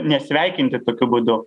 nesveikinti tokiu būdu